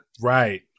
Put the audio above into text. Right